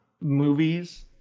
movies